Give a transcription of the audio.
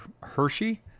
Hershey